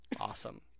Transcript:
awesome